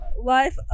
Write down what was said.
Life